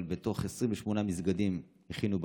אבל בתוך 28 מסגדים הכינו בקת"בים,